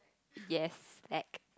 yes act